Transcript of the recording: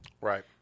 Right